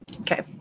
okay